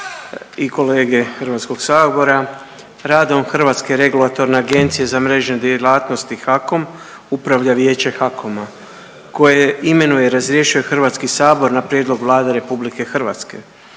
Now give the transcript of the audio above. i kolege Hrvatskog sabora, radom Hrvatske regulatorne agencije za mrežne djelatnosti HAKOM upravlja vijeće HAKOM-a koje imenuje i razrješuje Hrvatski sabor na prijedlog Vlade RH.